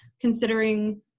considering